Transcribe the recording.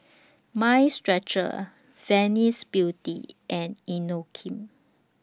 Mind Stretcher Venus Beauty and Inokim